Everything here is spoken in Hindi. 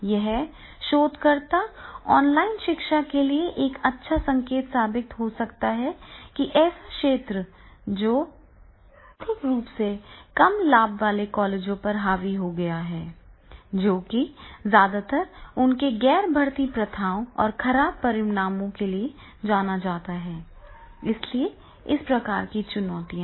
यह शोधकर्ता ऑनलाइन शिक्षा के लिए एक अच्छा संकेत साबित हो सकता है एक ऐसा क्षेत्र जो परंपरागत रूप से कम लाभ वाले कॉलेजों पर हावी हो गया है जो कि ज्यादातर उनके गैर भर्ती प्रथाओं और खराब परिणामों के लिए जाना जाता है इसलिए इस प्रकार की चुनौतियां हैं